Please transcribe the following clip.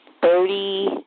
thirty